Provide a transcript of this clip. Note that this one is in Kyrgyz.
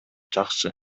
жакшы